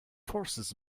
forces